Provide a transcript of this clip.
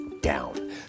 down